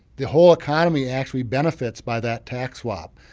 the whole economy actually benefits by that tax swap.